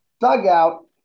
dugout